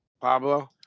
Pablo